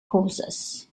poses